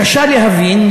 קשה להבין,